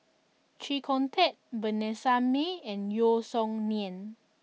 Chee Kong Tet Vanessa Mae and Yeo Song Nian